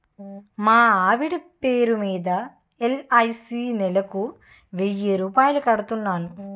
మా ఆవిడ పేరు మీద ఎల్.ఐ.సి నెలకు వెయ్యి రూపాయలు కడుతున్నాను